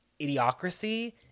idiocracy